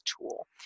tool